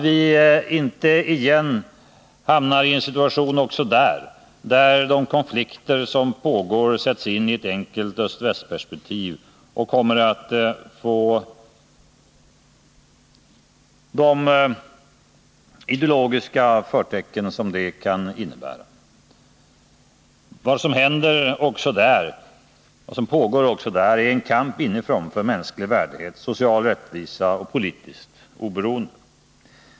Vi bör inte acceptera att konflikterna i södra Afrika sätts in i ett enkelt Öst-väst-perspektiv och får de ideologiska förtecken som det innebär. Vad som pågår är en kamp för mänsklig värdighet, social rättvisa och politiskt oberoende.